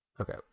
Okay